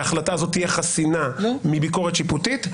ההחלטה הזאת תהיה חסינה מביקורת שיפוטית.